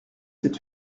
cet